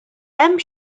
hemm